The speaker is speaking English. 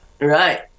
Right